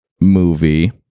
movie